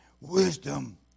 Wisdom